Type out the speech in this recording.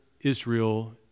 Israel